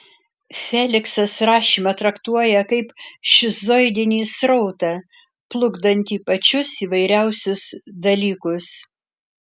feliksas rašymą traktuoja kaip šizoidinį srautą plukdantį pačius įvairiausius dalykus